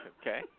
okay